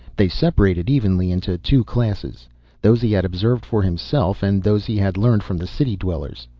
they separated evenly into two classes those he had observed for himself, and those he had learned from the city dwellers.